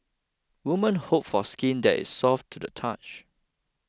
women hope for skin that is soft to the touch